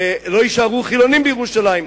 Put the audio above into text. לא יישארו חילונים בירושלים,